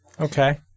Okay